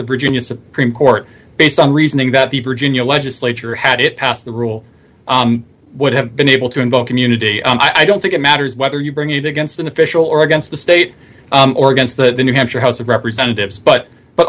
the virginia supreme court based on reasoning that the virginia legislature had it passed the rule would have been able to invoke community i don't think it matters whether you bring it against an official or against the state or against the new hampshire house of representatives but but